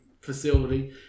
facility